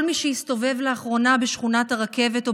כל מי שהסתובב לאחרונה בשכונת הרכבת או